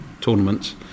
tournaments